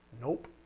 Nope